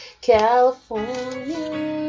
California